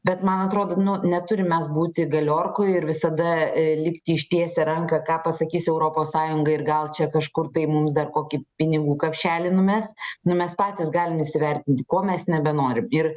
bet man atrodo nu neturim mes būti galiorkoj ir visada likti ištiesę ranką ką pasakys europos sąjunga ir gal čia kažkur tai mums dar kokį pinigų kapšelį numes nu mes patys galim įsivertinti ko mes nebenorim ir